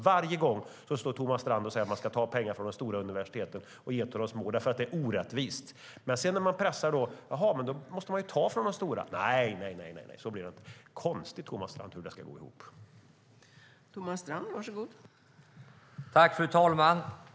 Varje gång står Thomas Strand och säger att man ska ge mer pengar till de små lärosätena och att systemet är orättvist. Då pressar jag honom: Jaha, men då måste man ju ta från de stora universiteten? Nej nej, så blir det inte, svarar han. Hur ska detta gå ihop? Det är konstigt, Thomas Strand.